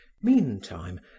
meantime